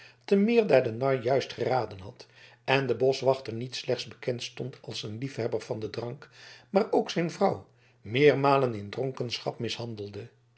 de nar juist geraden had en de boschwachter niet slechts bekend stond als een liefhebber van den drank maar ook zijn vrouw meermalen in dronkenschap mishandelde